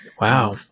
Wow